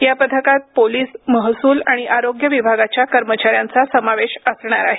या पथकात पोलीस महसूल आणि आरोग्य विभागाच्या कर्मचाऱ्यांचा समावेश असणार आहे